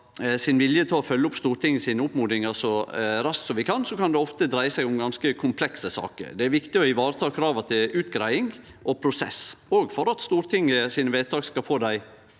til å følgje opp Stortingets oppmodingar så raskt vi kan, kan det ofte dreie seg om ganske komplekse saker. Det er viktig å varetake krava til utgreiing og prosess, òg for at Stortingets vedtak skal få dei